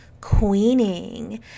queening